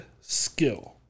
skill